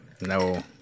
no